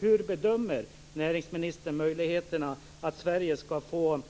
Hur bedömer näringsministern möjligheterna att Sverige ska få